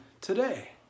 today